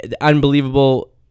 Unbelievable